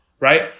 Right